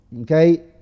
Okay